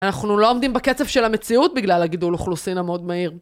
אנחנו לא עומדים בקצב של המציאות בגלל הגידול אוכלוסין המאוד מהיר.